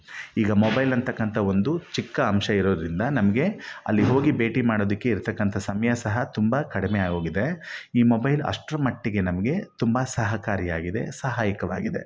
ಈಗ ಮೊಬೈಲ್ ಅಂಥಕ್ಕಂಥ ಒಂದು ಚಿಕ್ಕ ಅಂಶ ಇರೋದರಿಂದ ನಮಗೆ ಅಲ್ಲಿ ಹೋಗಿ ಭೇಟಿ ಮಾಡೋದಕ್ಕೆ ಇರತಕ್ಕಂಥ ಸಮಯ ಸಹ ತುಂಬ ಕಡಿಮೆ ಆಗೋಗಿದೆ ಈ ಮೊಬೈಲ್ ಅಷ್ಟರ ಮಟ್ಟಿಗೆ ನಮಗೆ ತುಂ ಸಹಕಾರಿಯಾಗಿದೆ ಸಹಾಯಕವಾಗಿದೆ